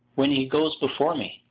when he goes before me.